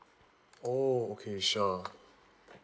oh okay sure